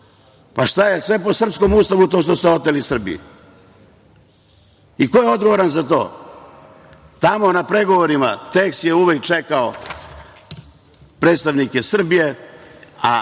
Pa, šta je sve po srpskom Ustavu to što ste oteli Srbiji? I ko je odgovoran za to? Tamo na pregovorima tekst je uvek čekao predstavnike Srbije, a